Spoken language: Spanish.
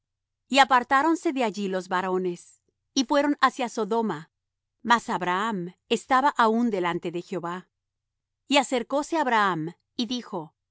y apartáronse de allí los varones y fueron hacia sodoma mas abraham estaba aún delante de jehová y acercóse abraham y dijo